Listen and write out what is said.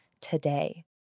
today